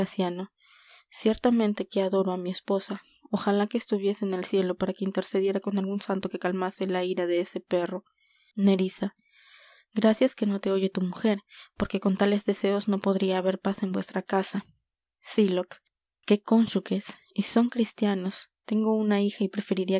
ciertamente que adoro á mi esposa ojalá que estuviese en el cielo para que intercediera con algun santo que calmase la ira de ese perro nerissa gracias que no te oye tu mujer porque con tales deseos no podria haber paz en vuestra casa sylock qué cónyuges y son cristianos tengo una hija y preferiria